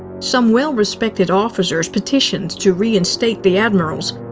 some well-respected officers petitioned to reinstate the admirals.